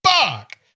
fuck